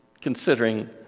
considering